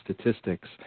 statistics